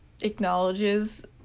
acknowledges